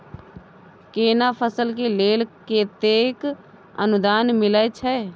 केना फसल के लेल केतेक अनुदान मिलै छै?